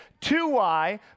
2y